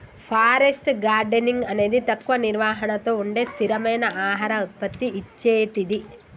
forest gardening అనేది తక్కువ నిర్వహణతో ఉండే స్థిరమైన ఆహార ఉత్పత్తి ఇచ్చేటిది